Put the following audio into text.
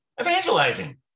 Evangelizing